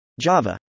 Java